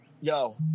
Yo